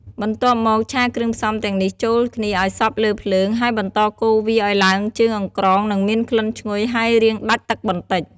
បន្ទាប់មក ឆាគ្រឿងផ្សំទាំងនេះចូលគ្នាឲ្យសព្វលើភ្លើង ហើយបន្តកូរវាអោយឡើងជើងអង្រ្គង និងមានក្លិនឆ្ងុយហើយរាងដាច់ទឹកបន្តិច។